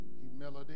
humility